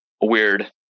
weird